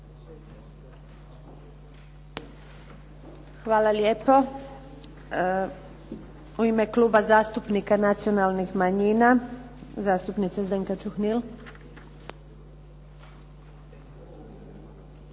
Hvala lijepo. U ime Kluba zastupnika nacionalnih manjina zastupnica Zdenka Čuhnil.